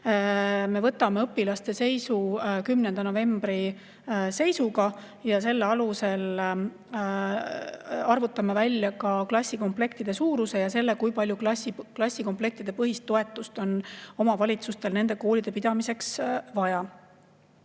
Me võtame õpilaste [arvu] 10. novembri seisuga ja selle alusel arvutame välja klassikomplektide suuruse ja selle, kui palju toetust on omavalitsustel nende koolide pidamiseks vaja.